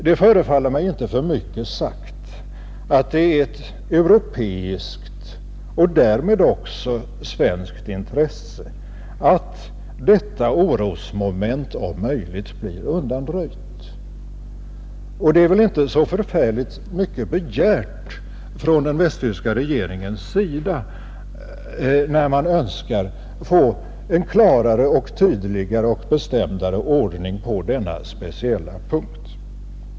Det förefaller mig inte för mycket sagt att det är ett europeiskt diplomatiska och därmed också svenskt intresse att detta orosmoment om möjligt blir förbindelser med undanröjt. Det är väl inte så förfärligt mycket begärt av den västtyska Tyska demokratiska regeringen när den önskar en klarare och tydligare och bestämdare rebubliken m.m. ordning på denna speciella punkt.